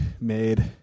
made